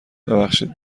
ببخشید